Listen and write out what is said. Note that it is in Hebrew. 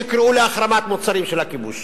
שיקראו להחרמת מוצרים של הכיבוש.